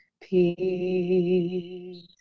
peace